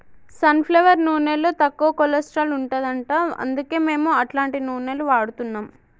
sun flower నూనెలో తక్కువ cholesterol ఉంటది అంట అందుకే మేము అట్లాంటి నూనెలు వాడుతున్నాం